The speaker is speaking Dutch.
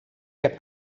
heb